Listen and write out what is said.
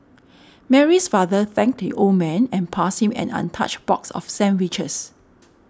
Mary's father thanked the old man and passed him an untouched box of sandwiches